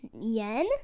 yen